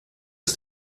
bis